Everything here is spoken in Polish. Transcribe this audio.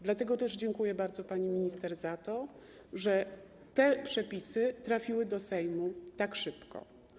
Dlatego też dziękuję bardzo pani minister za to, że te przepisy trafiły do Sejmu tak szybko.